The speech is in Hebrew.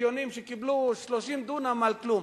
קיקיוניים שקיבלו 30 דונם על כלום.